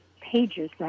pages